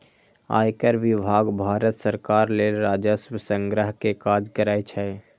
आयकर विभाग भारत सरकार लेल राजस्व संग्रह के काज करै छै